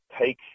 take